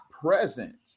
present